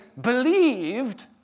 believed